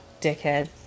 dickhead